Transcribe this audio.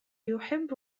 يحب